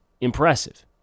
impressive